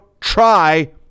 try